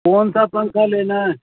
کون سا پنکھا لینا ہے